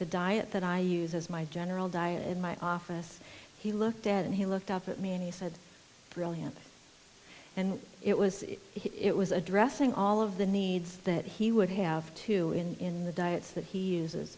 the diet that i use as my general diet in my office he looked at and he looked up at me and he said brilliant and it was it was addressing all of the needs that he would have to in in the diets that he uses